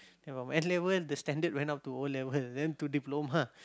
then from N-level the standard went up to O-level then to Diploma